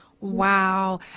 Wow